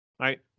right